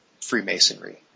Freemasonry